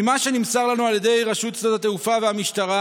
ממה שנמסר לנו על ידי רשות שדות התעופה והמשטרה,